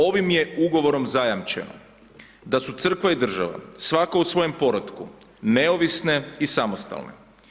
Ovim je ugovorom zajamčeno da su Crkva i država svaka u svojem poretku neovisne i samostalne.